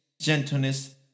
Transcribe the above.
gentleness